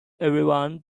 everyone